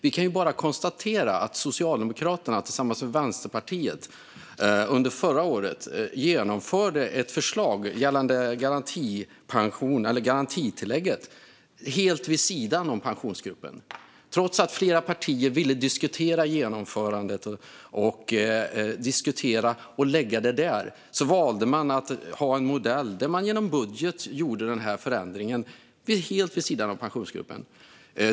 Vi kan bara konstatera att Socialdemokraterna tillsammans med Vänsterpartiet under förra året genomförde ett förslag gällande garantitillägget helt vid sidan av Pensionsgruppen. Trots att flera partier ville diskutera genomförandet i gruppen valde man en modell där man gjorde denna förändring genom budget, helt vid sidan av Pensionsgruppen.